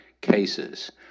cases